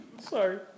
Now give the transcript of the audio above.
Sorry